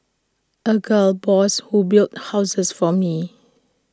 A gal boss who builds houses for me